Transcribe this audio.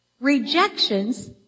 Rejections